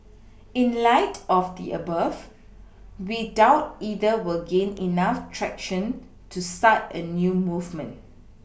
in light of the above we doubt either will gain enough traction to start a new movement